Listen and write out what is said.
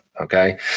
okay